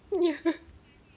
ya